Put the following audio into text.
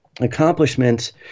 accomplishments